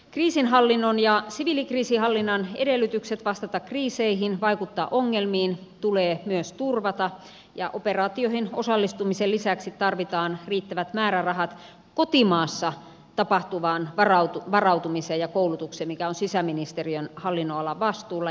kriisinhallinnan ja siviilikriisinhallinnan edellytykset vastata kriiseihin vaikuttaa ongelmiin tulee myös turvata ja operaatioihin osallistumisen lisäksi tarvitaan riittävät määrärahat kotimaassa tapahtuvaan varautumiseen ja koulutukseen mikä on sisäministeriön hallinnonalan vastuulla